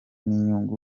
n’inyungu